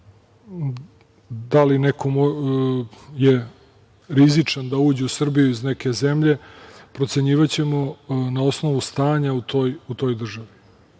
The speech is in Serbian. da li je neko rizičan da uđe u Srbiju iz neke zemlje, procenjivaćemo na osnovu stanja u toj državi.